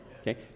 Okay